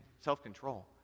self-control